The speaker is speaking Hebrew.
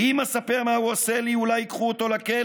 // אם אספר מה הוא עושה לי / אולי ייקחו אותו לכלא,